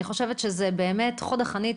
אני חושבת שהן באמת חוד החנית